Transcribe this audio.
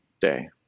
day